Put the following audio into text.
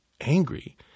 angry